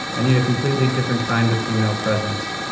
i need a completely different kind of female presence,